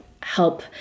help